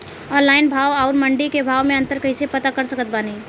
Online भाव आउर मंडी के भाव मे अंतर कैसे पता कर सकत बानी?